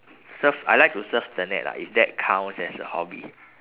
surf I like to surf the net lah if that counts as a hobby